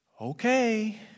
Okay